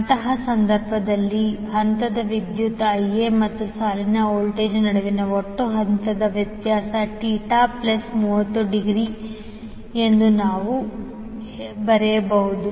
ಅಂತಹ ಸಂದರ್ಭದಲ್ಲಿ ಹಂತದ ವಿದ್ಯುತ್ 𝐈𝑎 ಮತ್ತು ಸಾಲಿನ ವೋಲ್ಟೇಜ್ ನಡುವಿನ ಒಟ್ಟು ಹಂತದ ವ್ಯತ್ಯಾಸ 𝜃 30 ಎಂದು ನಾವು ಬರೆಯಬಹುದು